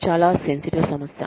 చాలా సెన్సిటివ్ సమస్య